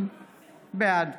בעד